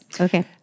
Okay